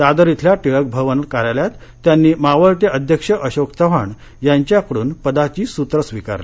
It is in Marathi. दादर इथल्या टिळक भवन कार्यालयात त्यांनी मावळते अध्यक्ष अशोक चव्हाण यांच्याकडून पदाची सूत्रं स्वीकारली